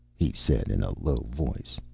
he said in a low voice.